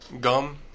gum